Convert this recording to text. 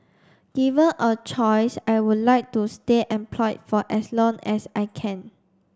given a choice I would like to stay employed for as long as I can